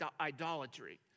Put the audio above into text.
idolatry